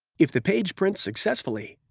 if the page prints successfully,